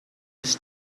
his